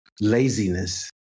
Laziness